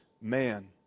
man